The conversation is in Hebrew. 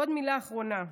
ועוד מילה אחרונה: